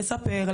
לספר,